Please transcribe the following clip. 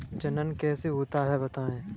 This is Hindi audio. जनन कैसे होता है बताएँ?